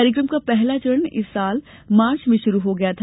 कार्यक्रम का पहला चरण इस वर्ष मार्च में शुरू किया गया था